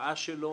שההשפעה שלו